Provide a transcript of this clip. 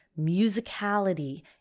musicality